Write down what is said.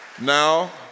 Now